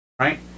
right